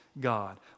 God